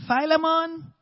Philemon